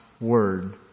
word